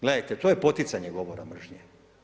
Gledajte, to je poticanje govora mržnje.